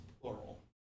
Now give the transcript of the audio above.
plural